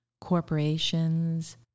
corporations